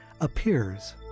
appears